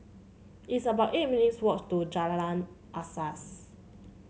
it's about eight minutes' walk to Jalan Asas